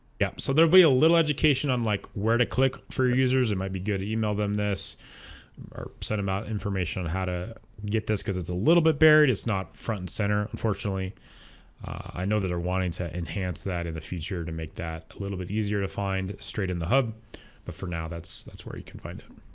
yeah so there'll be a little education on like where to click for your users it might be good to email them this or send them out information on how to get this because it's a little bit buried it's not front and center unfortunately i know that they're wanting to enhance that in the future to make that a little bit easier to find straight in the hub but for now that's that's where you can find it